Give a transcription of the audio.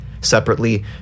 Separately